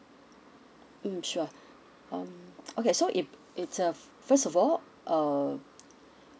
mm sure um okay so if it's uh f~ first of all uh